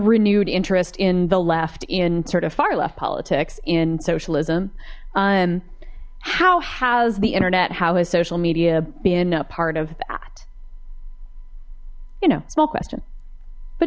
renewed interest in the left in sort of far left politics in socialism and how has the internet how is social media being a part of that you know small question but